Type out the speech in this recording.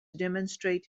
demonstrate